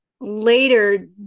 Later